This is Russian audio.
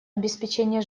обеспечения